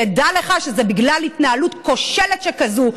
תדע לך שזה בגלל התנהלות כושלת שכזאת,